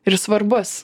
ir svarbus